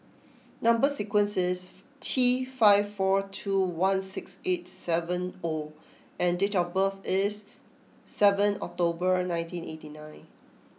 number sequence is T five four two one six eight seven O and date of birth is seventh October and nineteen eighty nine